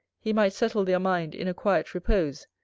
he might settle their mind in a quiet repose,